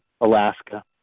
Alaska